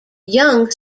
young